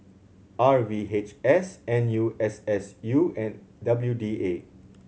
R V H S N U S S U and W D A